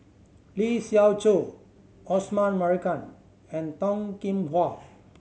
Lee Siew Choh Osman Merican and Toh Kim Hwa